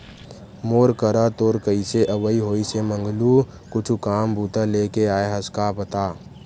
मोर करा तोर कइसे अवई होइस हे मंगलू कुछु काम बूता लेके आय हस का बता?